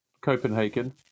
Copenhagen